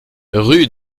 rue